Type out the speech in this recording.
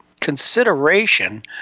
consideration